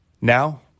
Now